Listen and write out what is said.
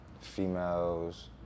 females